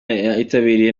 yitabiriwe